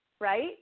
right